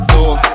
Door